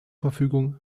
verfügung